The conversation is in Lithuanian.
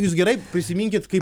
jūs gerai prisiminkit kaip